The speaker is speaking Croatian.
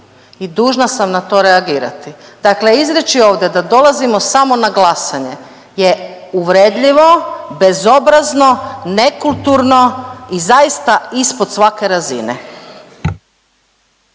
i dužna sam na to reagirati. Dakle, izreći ovdje da dolazimo samo na glasanje je uvredljivo, bezobrazno, nekulturno i zaista ispod svake razine.